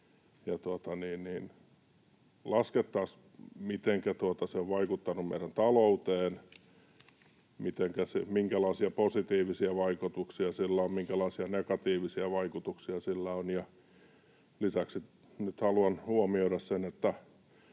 laskettaisiin, mitenkä se on vaikuttanut meidän talouteen, minkälaisia positiivisia vaikutuksia sillä on, minkälaisia negatiivisia vaikutuksia sillä on. Lisäksi haluan nyt huomioida sen,